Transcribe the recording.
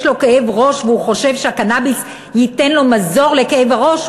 לו כאב ראש והוא חושב שהקנאביס ייתן לו מזור לכאב הראש,